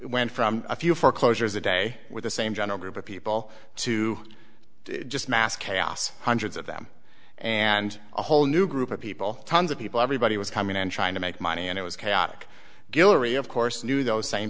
went from a few foreclosures a day with the same general group of people to just mass chaos hundreds of them and a whole new group of people tons of people everybody was coming and trying to make money and it was chaotic guillory of course knew those same